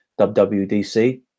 WWDC